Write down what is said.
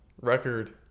record